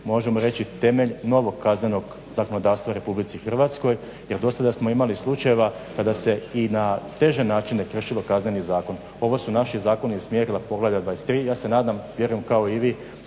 možemo reći temelj novog kaznenog zakonodavstva u RH jel do sada smo imali slučajeva kada se i na teže načine kršilo Kazneni zakon. Ovo su naši zakoni iz mjerila poglavlja 23 i ja se nadam i vjerujem kao i vi